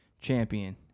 champion